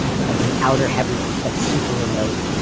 it's like in the outer hebrides, like super remote.